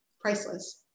Priceless